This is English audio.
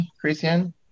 Christian